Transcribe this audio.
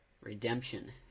redemption